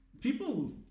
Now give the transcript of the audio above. People